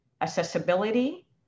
accessibility